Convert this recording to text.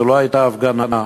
זאת לא הייתה הפגנה,